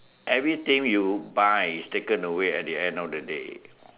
everything you buy is taken away at the end of day